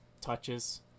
touches